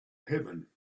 heaven